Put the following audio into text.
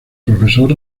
profesor